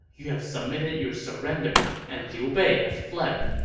you have submitted your surrender, and liu bei has fled.